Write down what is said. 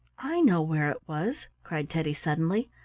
i know where it was! cried teddy suddenly.